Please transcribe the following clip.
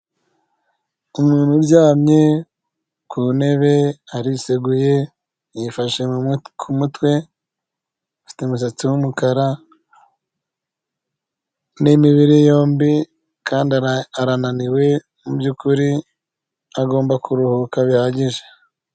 Umuntu uryamye ku ntebe ariseguye yifashe ku mutwe afite umusatsi w’umukara n’imibiri yombi, arananiwe mubyukuri agomba kuruhuka bihagije.